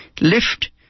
Lift